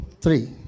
three